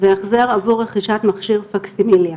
והחזר עבור רכישת מכשיר פקסימיליה.